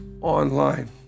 online